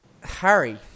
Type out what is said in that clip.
Harry